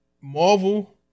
Marvel